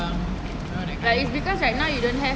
ya is because like now you don't have